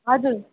हजुर